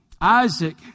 Isaac